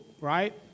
right